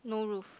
no roof